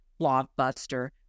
blockbuster